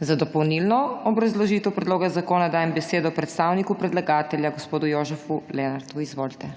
Za dopolnilno obrazložitev predloga zakona dajem besedo predstavniku predlagatelja gospodu Jožefu Lenartu. Izvolite.